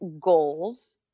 goals